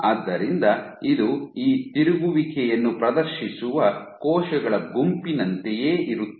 ಆದ್ದರಿಂದ ಇದು ಈ ತಿರುಗುವಿಕೆಯನ್ನು ಪ್ರದರ್ಶಿಸುವ ಕೋಶಗಳ ಗುಂಪಿನಂತೆಯೇ ಇರುತ್ತದೆ